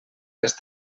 les